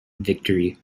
victory